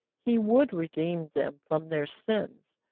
he would redeem them from their sins.